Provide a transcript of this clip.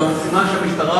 והנה, מה שמסתבר,